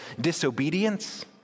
disobedience